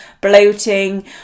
bloating